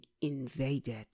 invaded